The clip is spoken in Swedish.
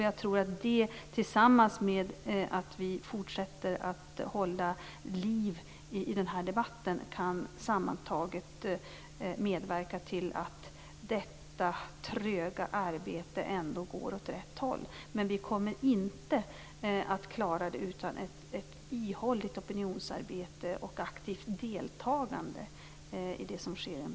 Jag tror att det, tillsammans med att vi fortsätter att hålla liv i den här debatten, kan medverka till att detta tröga arbete ändå går åt rätt håll. Vi kommer emellertid inte att klara det utan ett ihålligt opinionsarbete och ett aktivt deltagande i det som sker inom